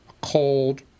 cold